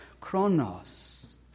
chronos